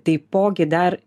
taipogi dar